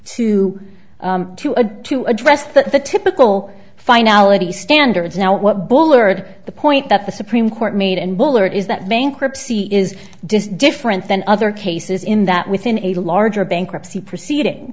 to to a to address that the typical finality standards now what bullard the point that the supreme court made and buller is that bankruptcy is just different than other cases in that within a larger bankruptcy proceeding